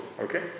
Okay